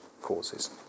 causes